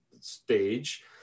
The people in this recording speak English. stage